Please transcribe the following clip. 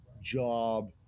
job